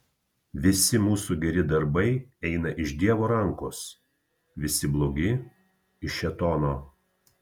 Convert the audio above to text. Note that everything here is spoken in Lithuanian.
visi mūsų geri darbai eina iš dievo rankos visi blogi iš šėtono